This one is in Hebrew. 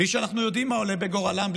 בלי שאנחנו יודעים מה עולה בגורלם,